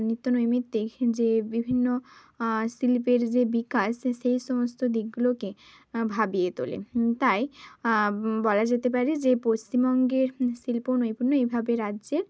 নিত্য নৈমিত্তিক যে বিভিন্ন শিল্পের যে বিকাশ সেই সমস্ত দিকগুলোকে ভাবিয়ে তোলে তাই বলা যেতে পারে যে পশ্চিমবঙ্গের শিল্প নৈপুণ্য এইভাবে রাজ্যের